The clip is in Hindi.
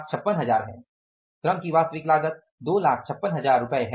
256000 है